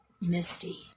Misty